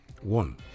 One